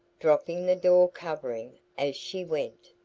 dropping the door covering as she went.